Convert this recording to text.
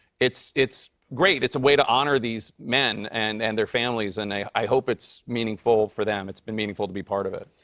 it's it's great. it's a way to honor these men and and their families. and i hope it's meaningful for them. it's been meaningful to be part of it.